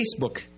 Facebook